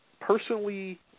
personally